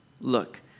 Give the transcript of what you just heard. Look